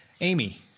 Amy